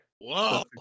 Whoa